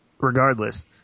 Regardless